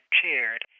chaired